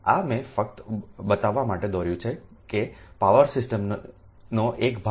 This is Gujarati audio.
આ મેં ફક્ત બતાવવા માટે દોર્યું છે કે પાવર સિસ્ટમનો એક ભાગ છે